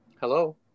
hello